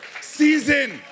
season